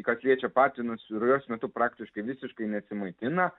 kas liečia patinus rujos metu praktiškai visiškai nesimaitina